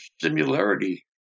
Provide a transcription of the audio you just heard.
similarity